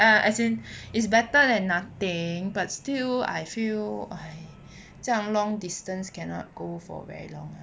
as in is better than nothing but still I feel !hais! 这样 long distance cannot go for very long